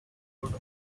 could